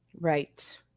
Right